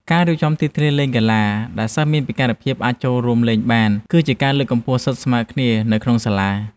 ការរៀបចំទីធ្លាលេងកីឡាដែលសិស្សមានពិការភាពអាចចូលរួមលេងបាន គឺជាការលើកកម្ពស់សិទ្ធិស្មើគ្នានៅក្នុងសាលា។